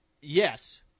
Yes